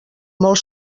molt